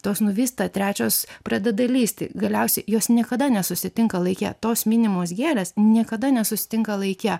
tos nuvysta trečios pradeda lįsti galiausiai jos niekada nesusitinka laike tos minimos gėlės niekada nesusitinka laike